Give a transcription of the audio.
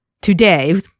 Today